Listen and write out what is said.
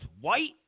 white